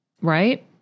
Right